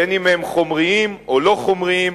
בין שהם חומריים ובין שאינם חומריים,